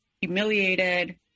humiliated